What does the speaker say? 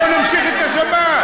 בואו נמשיך את השבת.